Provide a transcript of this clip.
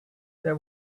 there